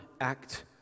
act